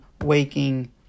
waking